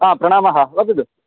प्रणामः वदतु